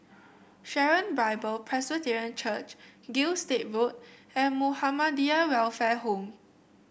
Sharon Bible Presbyterian Church Gilstead Road and Muhammadiyah Welfare Home